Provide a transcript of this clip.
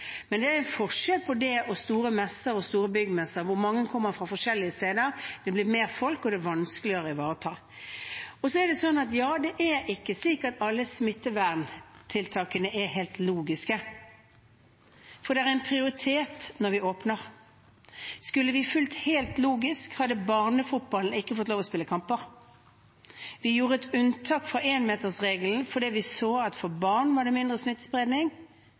Men det er en forskjell på det og store messer og store byggemesser hvor mange kommer fra forskjellige steder. Da blir det mer folk, og det blir vanskeligere å ivareta smittevernhensyn. Så er det ikke slik at alle smitteverntiltakene er helt logisk, for det er en prioritet når vi åpner. Skulle vi fulgt alt helt logisk, hadde barnefotballen ikke fått lov til å spille kamper. Vi gjorde et unntak fra enmetersregelen fordi vi så at for barn var det mindre